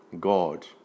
God